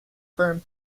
firm